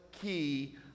key